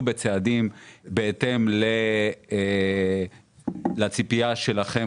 בצעדים בהתאם לציפייה שלכם,